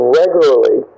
regularly